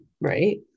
right